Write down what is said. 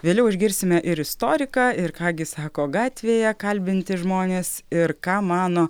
vėliau išgirsime ir istoriką ir ką gi sako gatvėje kalbinti žmonės ir ką mano